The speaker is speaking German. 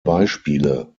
beispiele